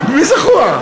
מי זחוח?